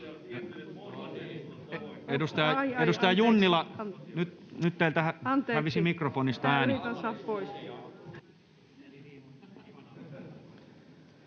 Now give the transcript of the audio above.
Edustaja Junnila, nyt teiltä hävisi mikrofonista ääni.